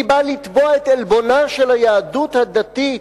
אני בא לתבוע את עלבונה של היהדות הדתית,